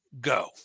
go